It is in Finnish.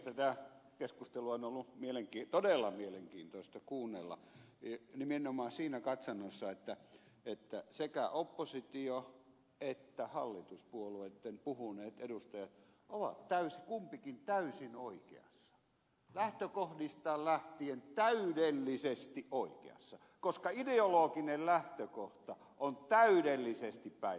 tätä keskustelua on ollut todella mielenkiintoista kuunnella nimenomaan siinä katsannossa että sekä opposition että hallituspuolueitten puhuneet edustajat ovat kummatkin täysin oikeassa lähtökohdistaan lähtien täydellisesti oikeassa koska ideologinen lähtökohta on täydellisesti päinvastainen